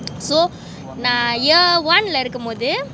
so நா:na year one lah இருக்கும் போது:irukum pothu